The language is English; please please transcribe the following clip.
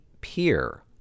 peer